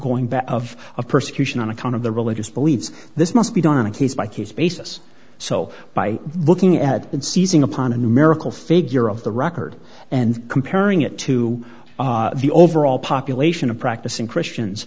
going back of persecution on account of their religious beliefs this must be done on a case by case basis so by looking at and seizing upon a numerical figure of the record and comparing it to the overall population of practicing christians